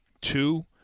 two